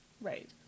Right